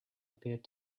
appeared